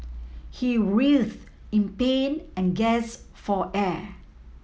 he writhed in pain and gasped for air